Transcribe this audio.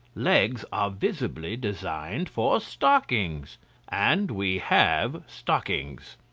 legs are visibly designed for stockings and we have stockings.